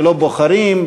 ולא בוחרים,